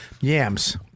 Yams